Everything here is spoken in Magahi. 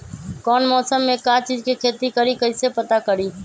कौन मौसम में का चीज़ के खेती करी कईसे पता करी?